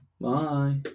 Bye